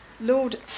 Lord